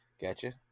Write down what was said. gotcha